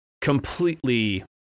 completely